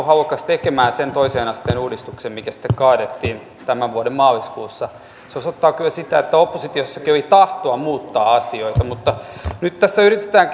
halukas tekemään sen toisen asteen uudistuksen mikä sitten kaadettiin tämän vuoden maaliskuussa se osoittaa kyllä sitä että oppositiossakin oli tahtoa muuttaa asioita nyt tässä yritetään